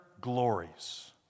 glories